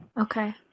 Okay